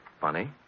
Funny